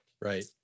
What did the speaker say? Right